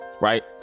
right